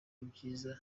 ibyiza